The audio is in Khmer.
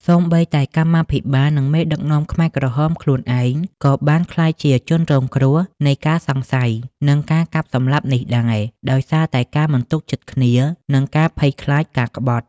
សូម្បីតែកម្មាភិបាល និងមេដឹកនាំខ្មែរក្រហមខ្លួនឯង ក៏បានក្លាយជាជនរងគ្រោះនៃការសង្ស័យ និងការកាប់សម្លាប់នេះដែរ ដោយសារតែការមិនទុកចិត្តគ្នា និងការភ័យខ្លាចការក្បត់។